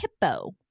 hippo